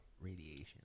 radiation